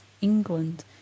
England